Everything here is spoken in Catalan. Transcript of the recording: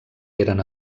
eren